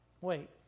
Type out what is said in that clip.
wait